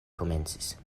komencis